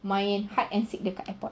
main hide and seek dekat airport